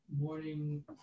Morning